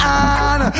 on